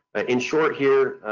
ah in short here,